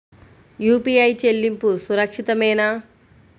UPI చెల్లింపు సురక్షితమేనా?